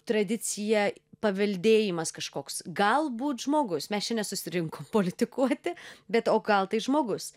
tradicija paveldėjimas kažkoks galbūt žmogus mes čia nesusirinkom politikuoti bet o gal tai žmogus